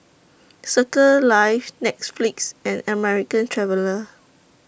Circles Life Netflix and American Traveller